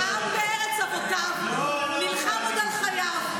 "עם בארץ אבותיו / נלחם עוד על חייו.